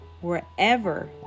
wherever